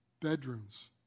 bedrooms